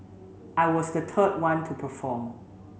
I was the third one to perform